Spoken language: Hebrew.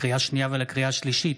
לקריאה שנייה ולקריאה שלישית: